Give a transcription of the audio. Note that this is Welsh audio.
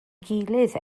gilydd